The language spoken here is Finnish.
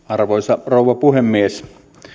arvoisa rouva puhemies